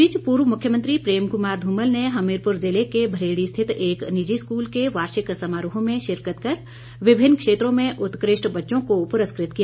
इस बीच पूर्व मुख्यमंत्री प्रेम कुमार धूमल ने हमीरपुर जिले के भरेड़ी स्थित एक निजी स्कूल के वार्षिक समारोह में शिरकत कर विभिन्न क्षेत्रों में उत्कृष्ट बच्चों को पुरस्कृत किया